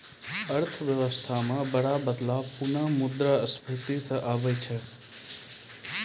अर्थव्यवस्था म बड़ा स्तर पर बदलाव पुनः मुद्रा स्फीती स आबै छै